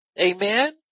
Amen